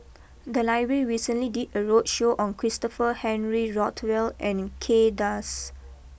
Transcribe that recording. the library recently did a roadshow on Christopher Henry Rothwell and Kay Das